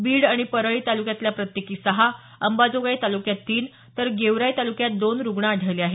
बीड आणि परळी तालुक्यात प्रत्येकी सहा अंबाजोगाई तालुक्यात तीन तर गेवराई तालुक्यात दोन रुग्ण आढळले आहेत